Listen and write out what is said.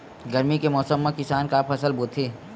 गरमी के मौसम मा किसान का फसल बोथे?